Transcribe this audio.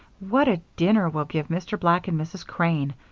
what a dinner we'll give mr. black and mrs. crane!